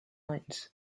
lines